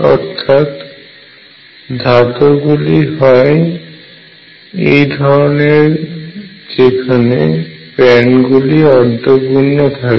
অর্থাৎ এটি ধাতু গুলির ক্ষেত্রে ঘটে এবং সেক্ষেত্রে ব্যান্ড গুলি অর্ধপূর্ণ থেকে যায়